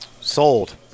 Sold